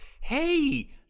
hey